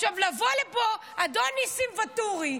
לבוא לפה, אדון ניסים ואטורי,